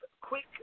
quick